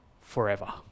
forever